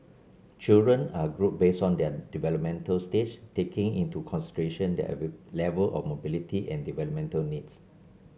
children are grouped based on their developmental stage taking into consideration their level of mobility and developmental needs